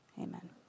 Amen